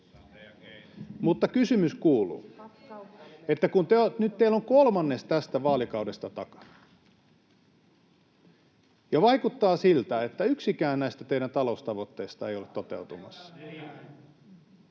Mutta kysymys kuuluu: Nyt teillä on kolmannes tästä vaalikaudesta takana, ja vaikuttaa siltä, että yksikään näistä teidän taloustavoitteistanne ei ole toteutumassa.